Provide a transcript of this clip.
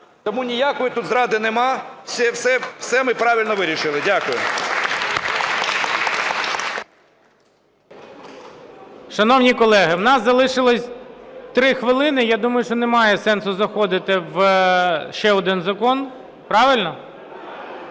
Тому ніякої тут зради нема, все ми правильно вирішили. Дякую. ГОЛОВУЮЧИЙ. Шановні колеги, в нас залишилось 3 хвилини, і я думаю, що немає сенсу заходити ще в один закон. Правильно?